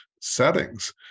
settings